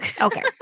Okay